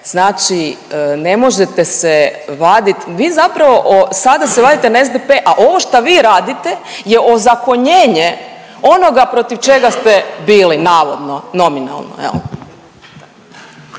znači ne možete se vadit, vi zapravo sada se vadite na SDP, a ovo šta vi radite je ozakonjenje onoga protiv čega ste bili navodno nominalno